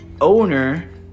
owner